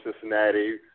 Cincinnati